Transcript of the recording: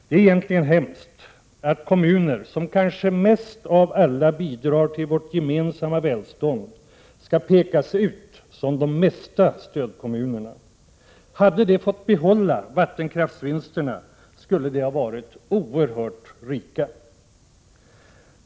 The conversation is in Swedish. Det är hemskt att kommuner som kanske mest av alla bidrar till vårt gemensamma välstånd pekas ut som de ”mesta stödkommunerna”. Hade de fått behålla vattenkraftsvinsterna skulle de ha varit oerhört rika.